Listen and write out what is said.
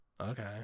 Okay